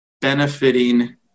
benefiting